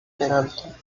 peralta